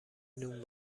نون